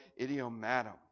idiomatum